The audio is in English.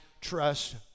trust